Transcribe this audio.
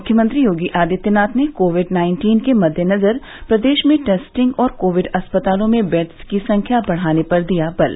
मुख्यमंत्री योगी आदित्यनाथ ने covid nineteen के मद्देनजर प्रदेश में टेस्टिंग और कोविड अस्पतालों में बेड्स की संख्या बढ़ाने पर दिया बल